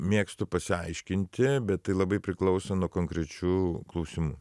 mėgstu pasiaiškinti bet tai labai priklauso nuo konkrečių klausimų